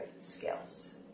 skills